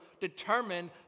determined